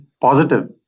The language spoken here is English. positive